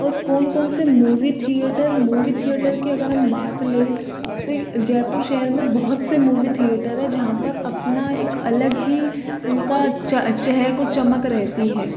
और कौन कौन से मूवी थिएटर मूवी थिएटर कि अगर हम बात लें तो जयपुर शहर में बहुत से मूवी थिएटर है जहाँ पर अपना एक अलग ही उनका च चहक और चमक रहती है